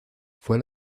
fue